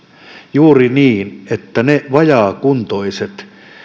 juuri niin että niille vajaakuntoisille